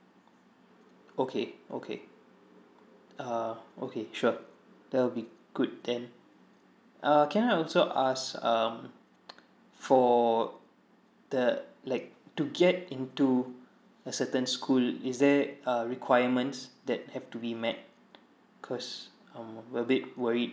okay okay ah okay sure that'll be good then err can I also ask um for the like to get into a certain school is there uh requirements that have to be met cause um we're a bit worried